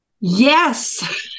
Yes